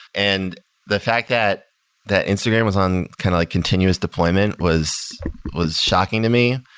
and the fact that that instagram was on kind of continuous deployment was was shocking to me.